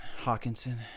Hawkinson